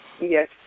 Yes